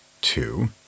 Two